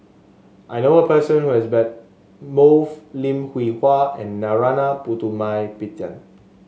I know a person who has met both Lim Hwee Hua and Narana Putumaippittan